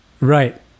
Right